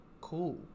cool